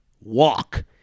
walk